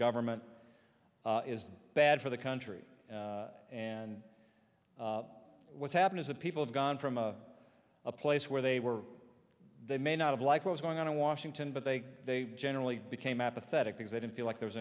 government is bad for the country and what's happened is that people have gone from a place where they were they may not have like what's going on in washington but they they generally became apathetic because they didn't feel like there was